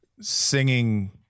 singing